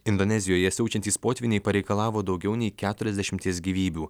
indonezijoje siaučiantys potvyniai pareikalavo daugiau nei keturiasdešimties gyvybių